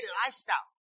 lifestyle